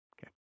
Okay